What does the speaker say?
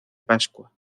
pascua